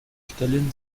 stellen